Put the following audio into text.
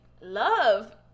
love